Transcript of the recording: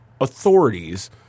authorities